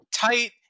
tight